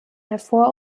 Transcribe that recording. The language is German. hervor